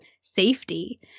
safety